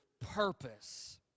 purpose